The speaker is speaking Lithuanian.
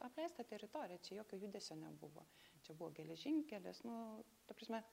apleista teritorija čia jokio judesio nebuvo čia buvo geležinkelis nu ta prasme